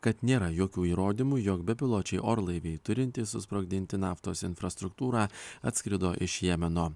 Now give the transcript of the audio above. kad nėra jokių įrodymų jog bepiločiai orlaiviai turintys susprogdinti naftos infrastruktūrą atskrido iš jemeno